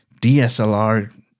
DSLR